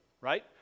right